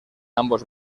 ambos